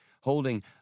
holding